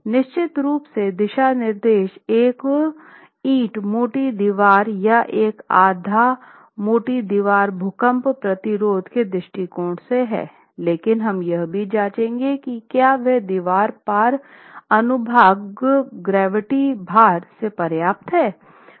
निश्चित रूप से दिशानिर्देश एक ईंट मोटी दीवार या एक आधा मोटी दीवार भूकंप प्रतिरोध के दृष्टिकोण से है लेकिन हम यह भी जाँचेंगे कि क्या वह दीवार पार अनुभाग गुरुत्वाकर्षण भार से पर्याप्त है